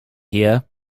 here